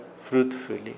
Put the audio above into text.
fruitfully